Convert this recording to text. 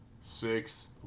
six